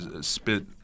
spit